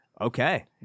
Okay